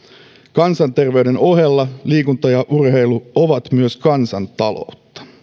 kansanterveyden ohella liikunta ja urheilu ovat myös kansantaloutta